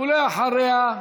ואחריה,